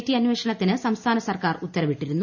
T അന്വേഷണത്തിന് സംസ്ഥാന സർക്കാർ ഉത്തരവിട്ടിരുന്നു